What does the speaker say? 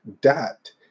dot